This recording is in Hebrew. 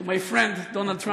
To my friend Donald Trump,